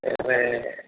വേറെ